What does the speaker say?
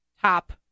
top